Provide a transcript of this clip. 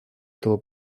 этого